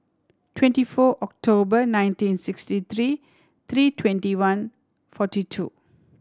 twenty four October nineteen sixty three three twenty one forty two